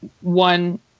One